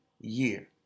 year